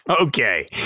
Okay